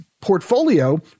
portfolio